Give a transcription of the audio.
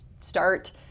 start